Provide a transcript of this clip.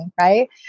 right